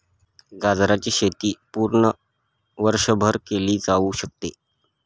गाजराची शेती पूर्ण वर्षभर केली जाऊ शकते